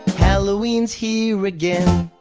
halloweens here again.